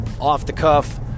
off-the-cuff